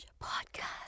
Podcast